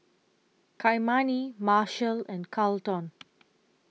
Kymani Marshal and Carleton